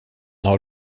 har